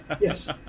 yes